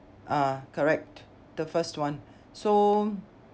ah correct the first one so